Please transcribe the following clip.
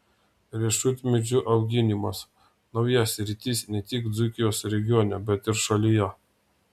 riešutmedžių auginimas nauja sritis ne tik dzūkijos regione bet ir šalyje